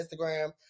Instagram